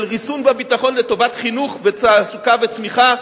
של ריסון בביטחון לטובת חינוך ותעסוקה וצמיחה,